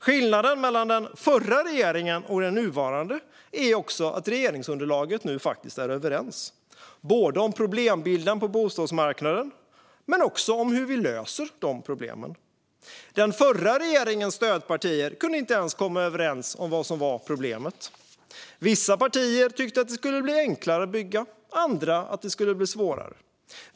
Skillnaden mellan den förra regeringen och den nuvarande är också att regeringsunderlaget nu är överens, både om problembilden på bostadsmarknaden och om hur vi löser problemen. Den förra regeringens stödpartier kunde inte ens komma överens om vad som var problemet. Vissa partier tyckte att det skulle bli enklare att bygga, andra att det skulle bli svårare.